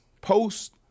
Post